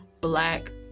black